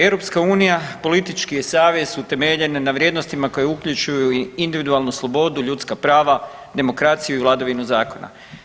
Europska unija politički je savez utemeljen na vrijednostima koje uključuju i individualnu slobodu, ljudska prava, demokraciju i vladavinu zakona.